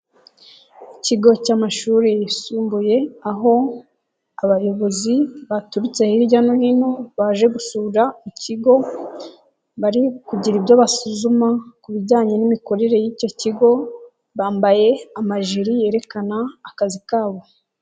Ikigo cy'amashuri yisumbuye aho abayobozi baturutse hirya no hino baje gusura ikigo, bari kugira ibyo basuzuma ku bijyanye n'imikorere y'icyo kigo bambaye amajiri yerekana akazi kabo.